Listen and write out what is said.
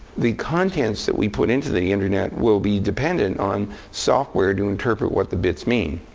the contents that we put into the the internet will be dependent on software to interpret what the bits mean.